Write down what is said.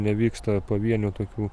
nevyksta pavienių tokių